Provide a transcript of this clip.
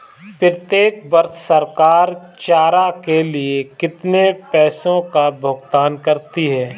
प्रत्येक वर्ष सरकार चारा के लिए कितने पैसों का भुगतान करती है?